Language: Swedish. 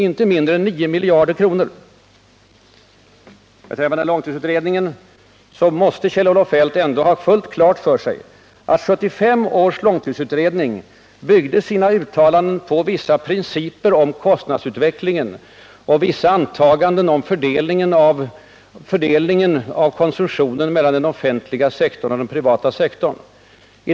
Kjell-Olof Feldt måste väl ändå ha klart för sig att 1975 års långtidsutredning byggde sina uttalanden på vissa prognoser om kostnadsutvecklingen och vissa antaganden om fördelningen av konsumtionen mellan den offentliga sektorn och den privata sektorn.